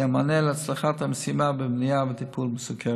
הוא המענה להצלחת המשימה במניעה וטיפול בסוכרת.